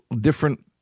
different